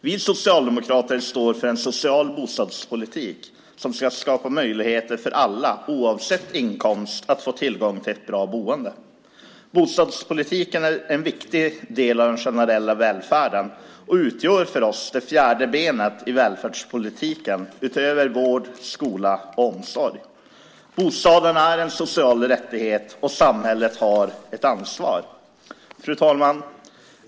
Vi socialdemokrater står för en social bostadspolitik som ska skapa möjligheter för alla, oavsett inkomst, att få tillgång till ett bra boende. Bostadspolitiken är en viktig del av den generella välfärden och utgör för oss det fjärde benet i välfärdspolitiken utöver vård, skola och omsorg. Bostaden är en social rättighet, och samhället har ett ansvar. Fru talman!